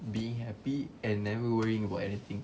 being happy and never worrying about anything